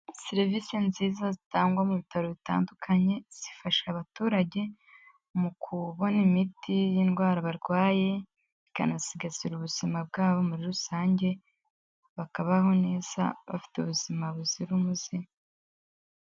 Serivise nziza zitangwa mu bitaro bitandukanye, zifasha abaturage mu kubona imiti y'indwara barwaye, bikanasigasira ubuzima bwabo muri rusange bakabaho neza bafite ubuzima buzira umuze.